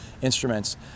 instruments